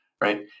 right